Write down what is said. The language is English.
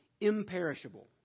imperishable